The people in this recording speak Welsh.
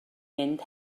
mynd